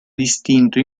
distinto